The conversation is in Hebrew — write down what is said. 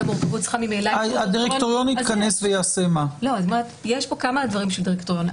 יש כאן כמה דברים של דירקטוריון.